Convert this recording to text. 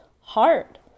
hard